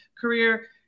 career